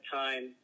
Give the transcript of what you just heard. time